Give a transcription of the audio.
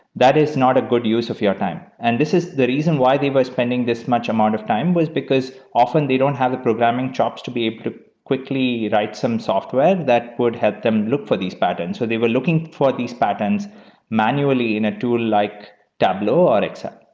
that is not a good use of your time, and this is the reason why they were spending this much amount of time was because often they don't have the programming chops to be able to quickly write some software that would help them look for these patterns. so they were looking for these patterns manually in a tool like tableau or excel.